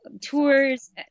tours